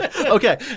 Okay